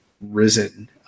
risen